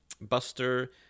buster